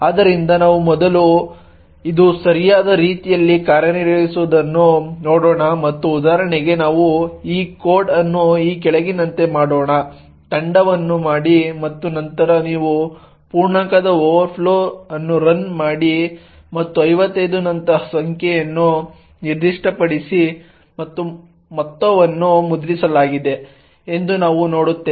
ಆದ್ದರಿಂದ ನಾವು ಮೊದಲು ಇದು ಸರಿಯಾದ ರೀತಿಯಲ್ಲಿ ಕಾರ್ಯನಿರ್ವಹಿಸುವುದನ್ನು ನೋಡೋಣ ಮತ್ತು ಉದಾಹರಣೆಗೆ ನಾವು ಈ ಕೋಡ್ ಅನ್ನು ಈ ಕೆಳಗಿನಂತೆ ಮಾಡೋಣ ತಂಡವನ್ನು ಮಾಡಿ ಮತ್ತು ನಂತರ ನೀವು ಪೂರ್ಣಾಂಕದ ಓವರ್ಫ್ಲೋ ಅನ್ನು ರನ್ ಮಾಡಿ ಮತ್ತು 55 ನಂತಹ ಸಂಖ್ಯೆಯನ್ನು ನಿರ್ದಿಷ್ಟಪಡಿಸಿ ಮತ್ತು ಮೊತ್ತವನ್ನು ಮುದ್ರಿಸಲಾಗಿದೆ ಎಂದು ನಾವು ನೋಡುತ್ತೇವೆ